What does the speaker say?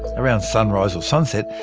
around sunrise or sunset,